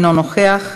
אינו נוכח,